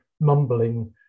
mumbling